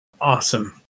Awesome